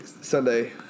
Sunday